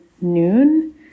noon